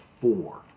four